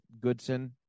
Goodson